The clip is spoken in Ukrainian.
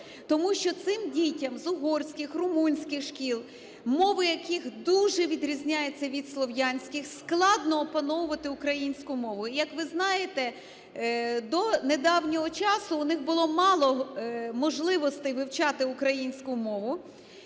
Тому що цим дітям з угорських, румунських шкіл, мови яких дуже відрізняються від слов'янських, складно опановувати українську мову. Як ви знаєте, до недавнього часу в них було мало можливостей вивчати українську мову,